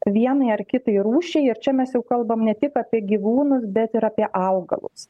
vienai ar kitai rūšiai ir čia mes jau kalbam ne tik apie gyvūnus bet ir apie augalus